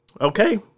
okay